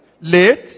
Late